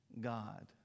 God